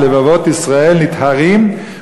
שלבבות ישראל נטהרים,